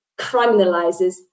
criminalizes